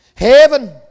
Heaven